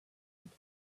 into